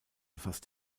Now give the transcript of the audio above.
fast